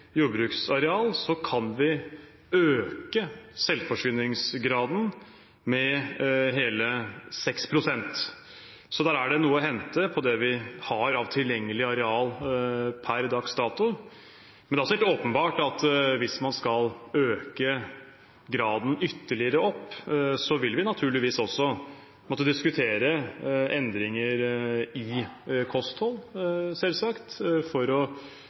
jordbruksareal, kan vi øke selvforsyningsgraden med hele 6 pst. Så der er det noe å hente på det vi har av tilgjengelig areal per dags dato. Det er helt åpenbart at hvis man skal øke graden ytterligere, vil vi naturligvis også måtte diskutere endringer i kosthold for å